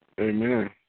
Amen